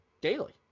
daily